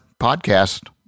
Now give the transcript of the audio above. podcast